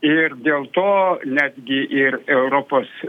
ir dėl to netgi ir europos